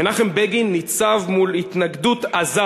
מנחם בגין ניצב מול התנגדות עזה